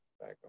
back